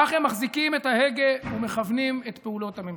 כך הם מחזיקים את ההגה ומכוונים את פעולות הממשלה.